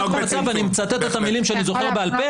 אני מצטט את המילים שאני זוכר בעל פה,